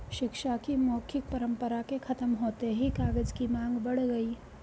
शिक्षा की मौखिक परम्परा के खत्म होते ही कागज की माँग बढ़ गई